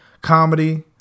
comedy